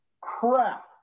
crap